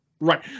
Right